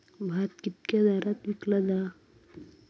भात कित्क्या दरात विकला जा?